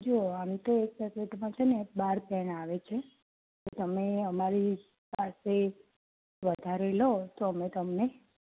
જો આમ તો એકસાથે છેને બાર પેન આવે છે તમે અમારી પાસે વધારે લો તો અમે તમને